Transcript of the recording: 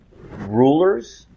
rulers